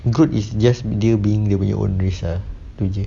groot is just dia being dia punya own race !huh! tu jer